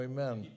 Amen